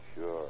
Sure